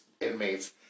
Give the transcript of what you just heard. inmates